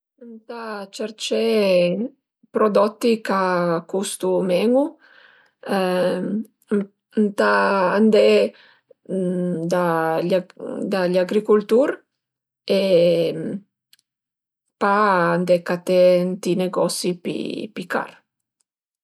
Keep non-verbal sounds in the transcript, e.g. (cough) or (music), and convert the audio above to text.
Ëntà cercé prodotti ch'a custu men-u, ëntà andé da (hesitation) da gl'agricultur e pa andé caté ënt i negosi pi car